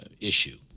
issue